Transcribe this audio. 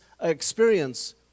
experience